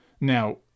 Now